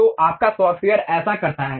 तो आपका सॉफ्टवेयर ऐसा करता है